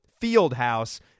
Fieldhouse